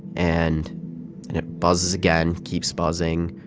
and and it buzzes again, keeps buzzing.